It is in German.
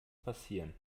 passieren